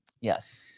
Yes